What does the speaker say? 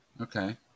Okay